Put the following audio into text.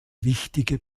wichtige